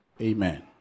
Amen